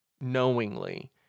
knowingly